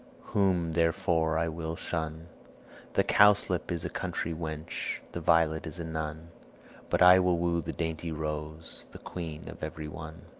whom therefore i will shun the cowslip is a country wench, the violet is a nun but i will woo the dainty rose, the queen of every one.